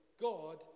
God